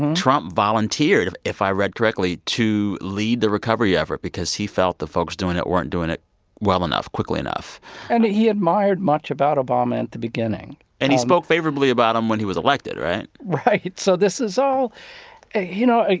trump volunteered, if if i read correctly, to lead the recovery effort because he felt the folks doing it weren't doing it well enough, quickly enough and he admired much about obama at the beginning and he spoke favorably about him when he was elected, right? right. so this is all you know,